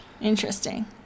interesting